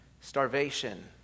starvation